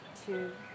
two